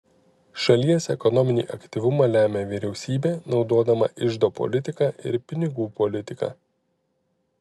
šalies ekonominį aktyvumą lemia vyriausybė naudodama iždo politiką ir pinigų politiką